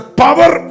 power